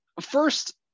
first